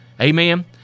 amen